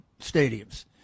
stadiums